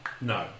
No